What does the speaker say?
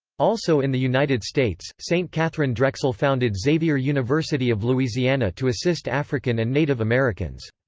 also in the united states, saint katharine drexel founded xavier university of louisiana to assist african and native americans.